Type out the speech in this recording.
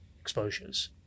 exposures